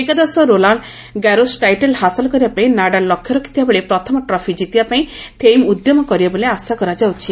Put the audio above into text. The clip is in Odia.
ଏକାଦଶ ରୋଲାଣ୍ଡ ଗାରୋସ୍ ଟାଇଟେଲ୍ ହାସଲ କରିବା ପାଇଁ ନାଡାଲ୍ ଲକ୍ଷ୍ୟ ରଖିଥିବା ବେଳେ ପ୍ରଥମ ଟ୍ରଫି ଯିତିବା ପାଇଁ ଥେଇମ୍ ଉଦ୍ୟମ କରିବେ ବୋଲି ଆଶା କରାଯାଉଛି